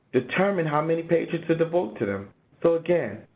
determine how many pages to devote to them. so again,